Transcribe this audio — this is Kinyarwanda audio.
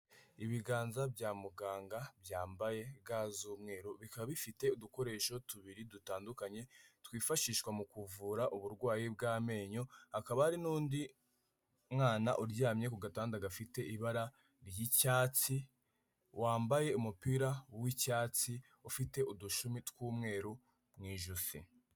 Ibiganza bya muganga byambaye ga z'umweru, bikaba bifite udukoresho tubiri dutandukanye, twifashishwa mu kuvura uburwayi bw'amenyo, hakaba hari n'undi mwana uryamye ku gatanda gafite ibara ry'icyatsi, wambaye umupira w'icyatsi ufite udushumi tw'umweru mu ijosi.